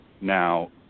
Now